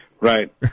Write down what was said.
Right